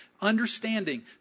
understanding